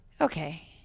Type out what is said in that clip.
Okay